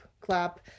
clap